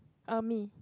err me